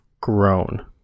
grown